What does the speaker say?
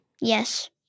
Yes